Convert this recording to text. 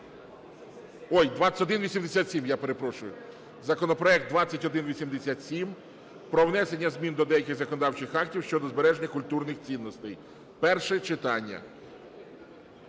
Ой, 2187, я перепрошую. Законопроект 2187: про внесення змін до деяких законодавчих актів України (щодо збереження культурних цінностей) (перше читання).